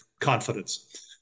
confidence